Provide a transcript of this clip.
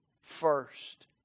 first